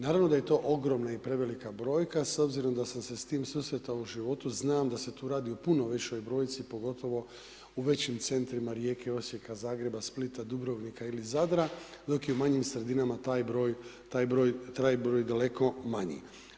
Naravno da je to ogromna i prevelika brojka s obzirom da sam se s tim susretao u životu znam da se tu radi o puno većoj brojci, pogotovo u većim centrima Rijeke, Osijeka, Zagreba, Splita, Dubrovnika ili Zadra, dok je u manjim sredinama taj broj daleko manji.